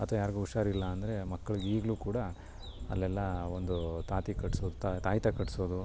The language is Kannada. ಅಥ್ವಾ ಯಾರಿಗೋ ಹುಷಾರಿಲ್ಲ ಅಂದರೆ ಮಕ್ಳಿಗೆ ಈಗ್ಲೂ ಕೂಡ ಅಲ್ಲೆಲ್ಲ ಒಂದು ತಾತ ಕಟ್ಸೋದು ತಾಯತ ಕಟ್ಟಿಸೋದು